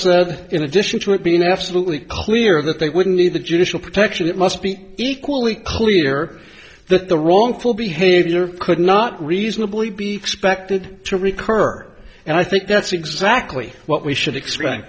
that in addition to it being absolutely clear that they wouldn't need the judicial protection it must be equally clear that the wrongful behavior could not reasonably be expected to recur and i think that's exactly what we should expect